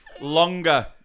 longer